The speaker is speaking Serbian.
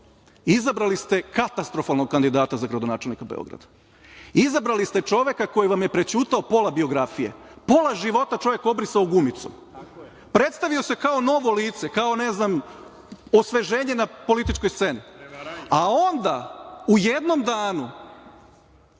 izabrali ste katastrofalnog kandidata za gradonačelnika Beograda. Izabrali ste čoveka koji vam je prećutao pola biografije. Pola života je čovek obrisao gumicom. Predstavio se kao novo lice, kao osveženje na političkoj sceni, a onda, u jednom danu,